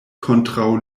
kontraŭ